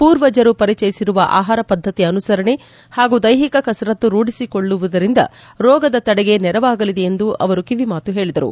ಪೂರ್ವಜರು ಪಂಚಯಿಸಿರುವ ಆಹಾರ ಪದ್ದತಿ ಅನುಸರಣೆ ಹಾಗೂ ದೈಹಿಕ ಕಸರತ್ತು ರೂಢಿಸಿಕೊಳ್ಳಲು ರೋಗದ ತಡೆಗೆ ನೆರವಾಗಲಿದೆ ಎಂದು ಅವರು ಕಿವಿಮಾತು ಹೇಳಿದರು